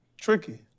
tricky